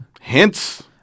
Hints